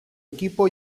equipo